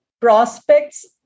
prospects